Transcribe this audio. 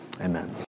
Amen